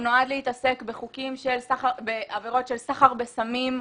הוא נועד להתעסק בעבירות של סחר בסמים ,